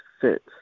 fit